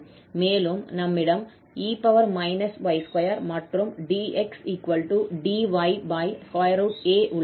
மேலும் நம்மிடம் e y2 மற்றும் dxdya உள்ளது